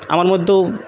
আমার মধ্যেও